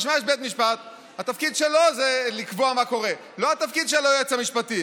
בשביל מה יש בית משפט?